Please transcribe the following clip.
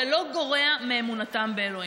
זה לא גורע מאמונתם באלוהים.